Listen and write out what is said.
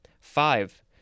Five